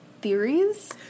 theories